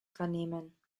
vernehmen